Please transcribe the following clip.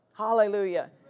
Hallelujah